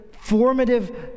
formative